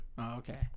okay